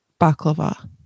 baklava